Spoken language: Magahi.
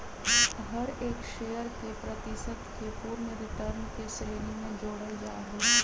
हर एक शेयर के प्रतिशत के पूर्ण रिटर्न के श्रेणी में जोडल जाहई